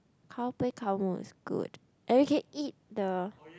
cow play cow moo is good and you can eat the